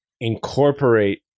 Incorporate